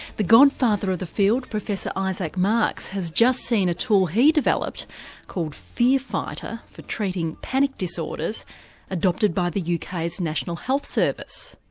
the godfather of the field, professor isaac marks, has just seen a tool he developed called fear fighter for treating panic disorders adopted by the uk's national health service.